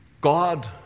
God